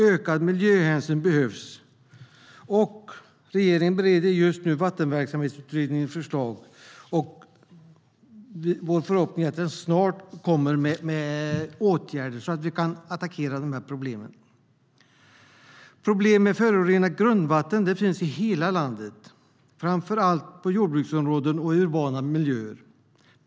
Ökad miljöhänsyn behövs. Regeringen bereder just nu Vattenverksamhetsutredningens förslag. Vår förhoppning är att den snart kommer med åtgärder så att vi kan attackera de här problemen. Problem med förorenat grundvatten finns i hela landet, framför allt i jordbruksområden och i urbana miljöer.